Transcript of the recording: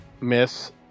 Miss